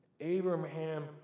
Abraham